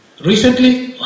Recently